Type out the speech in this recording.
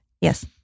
Yes